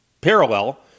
parallel